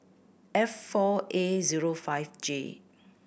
F four A zero five J